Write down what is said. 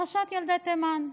"פרשת ילדי תימן".